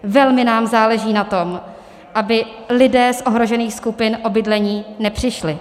Velmi nám záleží na tom, aby lidé z ohrožených skupin o bydlení nepřišli.